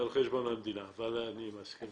זה על חשבון המדינה, אבל אני מסכים איתך.